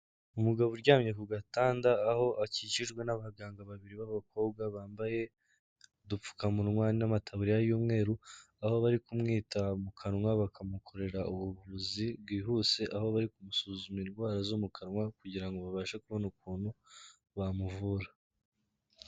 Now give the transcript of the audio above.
Umugabo uryamye ku gatanda aho akikijwe n'abaganga babiri b'abakobwa bambaye udupfukamunwa n'amatabariya y'umweru aho bari kumwita mu kanwa bakamukorera ubuvuzi bwihuse aho bari gusuzuma indwara zo mu kanwa kugira ngo babashe kubona ukuntu bamuvura.